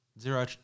Zero